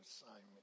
assignment